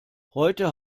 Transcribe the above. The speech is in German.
heute